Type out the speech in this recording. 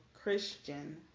christian